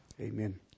Amen